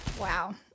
Wow